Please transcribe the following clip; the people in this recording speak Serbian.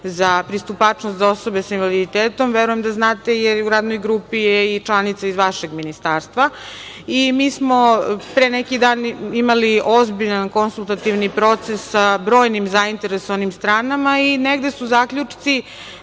za pristupačnost za osobe sa invaliditetom. Verujem da znate, jer je u radnoj grupi i članica iz vašeg ministarstva. Mi smo pre neki dan imali ozbiljan konsultativni proces sa brojnim zainteresovanim stranama i negde su zaključci